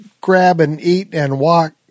grab-and-eat-and-walk